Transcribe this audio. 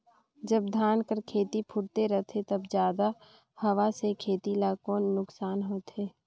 जब धान कर खेती फुटथे रहथे तब जादा हवा से खेती ला कौन नुकसान होथे?